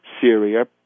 Syria